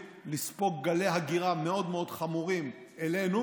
לספוג גלי הגירה מאוד מאוד חמורים אלינו,